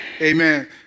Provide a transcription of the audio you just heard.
Amen